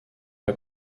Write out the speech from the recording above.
pas